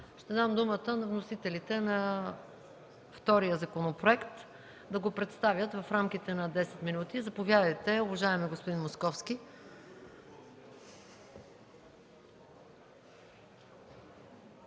Ще дам думата на вносителите на втория законопроект да го представят в рамките на 10 минути. Заповядайте, уважаеми господин Московски.